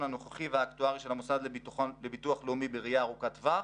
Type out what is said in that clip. הנוכחי והאקטוארי של המוסד לביטוח לאומי בראיה ארוכת טווח,